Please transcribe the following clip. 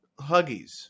Huggies